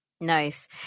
Nice